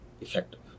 effective